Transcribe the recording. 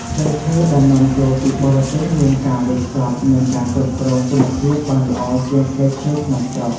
ផ្លែឈើដែលនាំចូលពីបរទេសមានការវេចខ្ចប់ និងការគ្រប់គ្រងគុណភាពបានល្អជាងផ្លែឈើក្នុងស្រុក។